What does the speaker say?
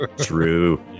True